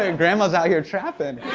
and grandma's out here trappin'.